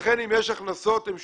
לכן אם יש הכנסות הן שוליות.